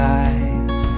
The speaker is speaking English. eyes